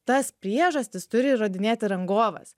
tas priežastis turi įrodinėti rangovas